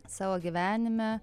savo gyvenime